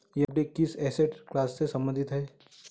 FD किस asset class से संबंधित है?